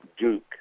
Duke